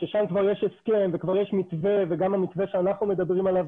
ששם כבר יש הסכם וכבר יש מתווה וגם המתווה שאנחנו מדברים עליו